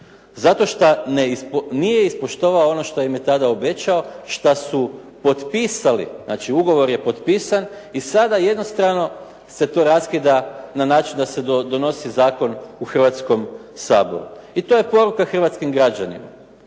Zato šta nije ispoštovao ono što im je tada obećao, šta su potpisali, znači ugovor je potpisan i sada jednostrano se to raskida na način da se donosi zakon u Hrvatskom saboru. I to je poruka hrvatskim građanima.